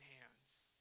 hands